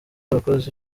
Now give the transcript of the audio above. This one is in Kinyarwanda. abakozi